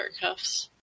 cuffs